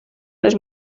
les